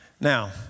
Now